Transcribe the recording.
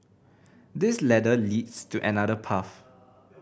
this ladder leads to another path